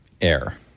Air